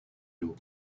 loop